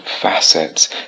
facets